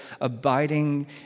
abiding